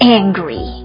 angry